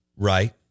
Right